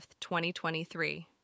2023